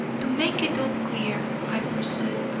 to make it all clear, i pursued,